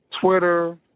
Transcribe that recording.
Twitter